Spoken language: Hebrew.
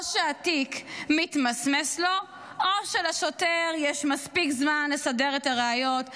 או שהתיק מתמסמס לו או שלשוטר יש מספיק זמן לסדר את הראיות,